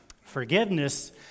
Forgiveness